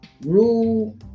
rule